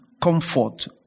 comfort